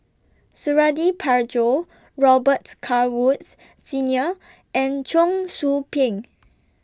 Suradi Parjo Robet Carr Woods Senior and Cheong Soo Pieng